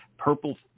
purple